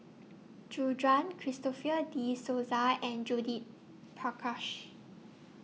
Gu Juan Christopher De Souza and Judith Prakash